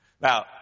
now